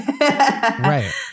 Right